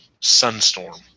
Sunstorm